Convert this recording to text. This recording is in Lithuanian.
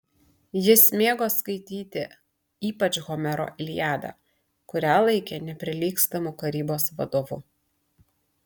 jis mėgo skaityti ypač homero iliadą kurią laikė neprilygstamu karybos vadovu